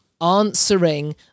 answering